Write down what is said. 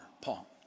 Paul